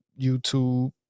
YouTube